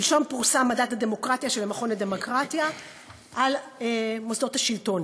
שלשום פורסם מדד הדמוקרטיה של המכון לדמוקרטיה על מוסדות השלטון.